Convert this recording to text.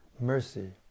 mercy